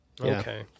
Okay